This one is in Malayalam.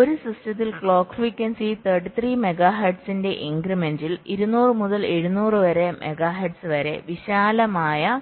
അതിനാൽ ഒരു സിസ്റ്റത്തിൽ ക്ലോക്ക് ഫ്രീക്വൻസി 33 മെഗാഹെർട്സിന്റെ ഇൻക്രിമെന്റിൽ 200 മുതൽ 700 മെഗാഹെർട്സ് വരെ വിശാലമായ